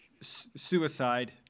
suicide